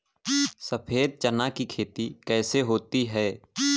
सफेद चना की खेती कैसे होती है?